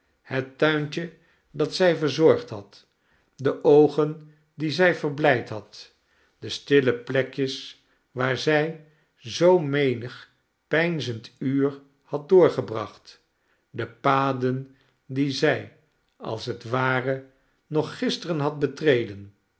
het tuintje dat zij verzorgd had de oogen die zij verblijd had de stille plekjes waar zij zoo menig peinzend uur had loorgebracht de paden die zij als het ware nog gisteren had betreden